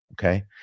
Okay